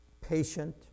patient